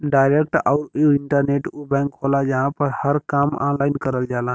direct आउर internet उ bank होला जहां पर हर काम ऑनलाइन करल जाला